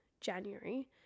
January